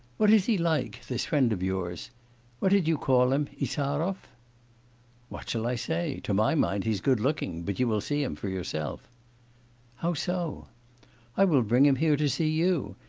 what is he like, this friend of yours what did you call him, insarov what shall i say? to my mind, he's good-looking. but you will see him for yourself how so i will bring him here to see you.